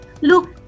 Look